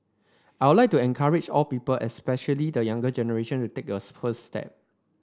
I would like to encourage all people especially the younger generation to take us first step